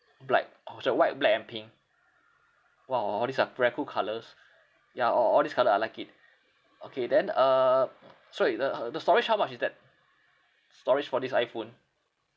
black orh so white black and pink !wow! uh all these are very cool colours ya a~ all these colour I like it okay then um sorry the uh the storage how much is that storage for this iphone